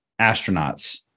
astronauts